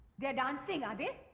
they are dancing, are they?